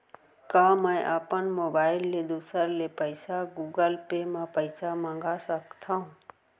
का मैं अपन मोबाइल ले दूसर ले पइसा गूगल पे म पइसा मंगा सकथव?